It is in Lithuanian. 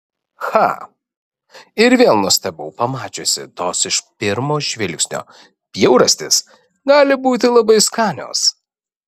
cha ir vėl nustebau pamačiusi tos iš pirmo žvilgsnio bjaurastys gali būti labai skanios